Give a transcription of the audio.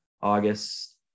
August